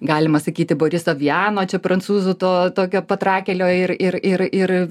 galima sakyti boriso vijano čia prancūzų to tokio patrakėlio ir ir ir ir